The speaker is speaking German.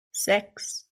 sechs